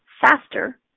faster